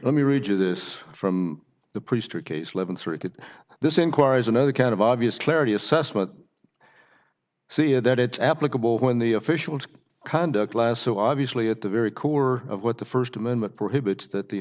let me read you this from the priesthood case living through that this inquiry's another kind of obvious clarity assessment see it that it's applicable when the official to conduct last so obviously at the very core of what the first amendment prohibits that the